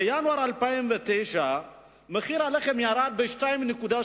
שבינואר 2009 מחיר הלחם האחיד ירד ב-2.75%,